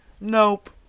nope